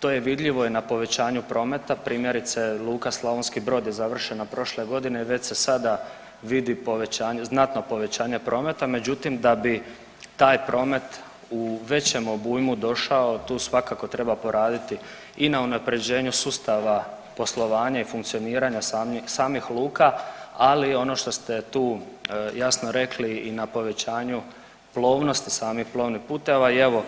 To je vidljivo i na povećanju prometa, primjerice Luka Slavonski Brod je završena prošle godine i već se sada vidi povećanje, znatno povećanje prometa, međutim, da bi taj promet u većem obujmu došao, tu svakako treba poraditi i na unaprjeđenju sustava poslovanja i funkcioniranja samih luka, ali ono što ste tu jasno rekli i na povećanju plovnosti samih plovnih puteva i evo,